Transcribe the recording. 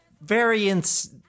variants